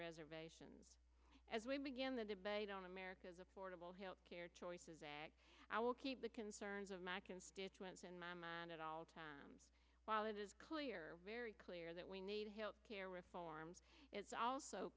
reservations as we begin the debate on america's affordable health care choices i will keep the concerns of my constituents in my mind at all times while it is clear very clear that we need health care reform it's also